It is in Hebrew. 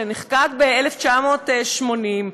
שנחקק ב-1980,